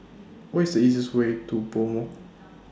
Where IS The easiest Way to Pomo